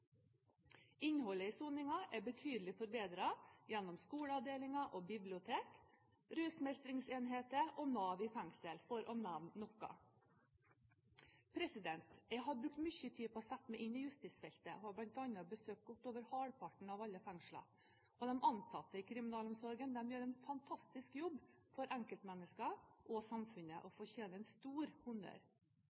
Innholdet i soningen er betydelig forbedret gjennom skoleavdelinger og bibliotek, rusmestringsenheter og Nav i fengsel – for å nevne noe. Jeg har brukt mye tid på å sette meg inn i justisfeltet og har bl.a. besøkt godt over halvparten av alle fengslene. De ansatte i kriminalomsorgen gjør en fantastisk jobb for enkeltmennesker og samfunnet og fortjener stor honnør.